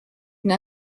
une